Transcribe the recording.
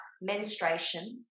menstruation